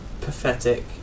pathetic